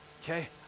okay